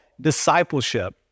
discipleship